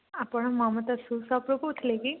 ଆପଣ ମମତା ଶୁଜ ଶପରୁ କହୁଥିଲେ କି